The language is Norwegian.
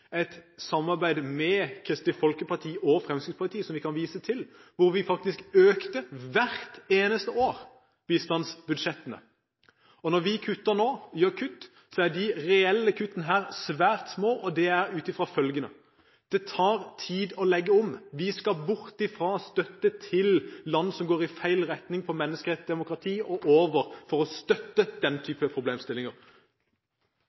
et samarbeid med Kristelig Folkeparti og Fremskrittspartiet som vi kan vise til, hvor vi faktisk hvert eneste år økte bistandsbudsjettene. Når vi nå kutter, er de reelle kuttene svært små, og det er ut fra følgende: Det tar tid å legge om. Vi skal bort fra støtte til land som går i feil retning på menneskerettigheter og demokrati, og over til å støtte den